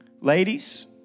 Ladies